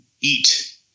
eat